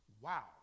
Wow